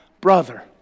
brother